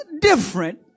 different